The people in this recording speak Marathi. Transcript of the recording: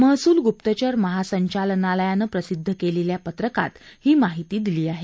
महसूल गुप्तचर महासंचालनालयानं प्रसिद्ध केलेल्या पत्रकात ही माहिती दिली आहे